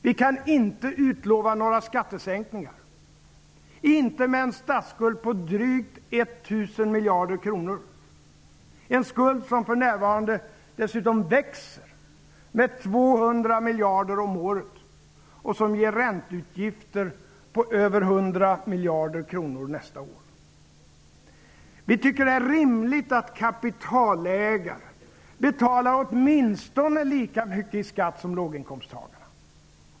Vi kan inte utlova några skattesänkningar, inte med en statsskuld på drygt 1 000 miljarder kronor -- en skuld som för närvarande dessutom växer med 200 miljarder om året och som ger ränteutgifter på över 100 miljarder kronor nästa år. Vi tycker att det är rimligt att kapitalägare betalar åtminstone lika mycket i skatt som låginkomsttagarna.